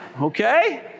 Okay